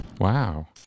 Wow